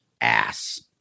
ass